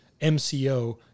MCO